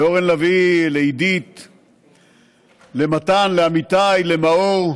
אורן לביא, עידית, מתן, אמיתי ומאור.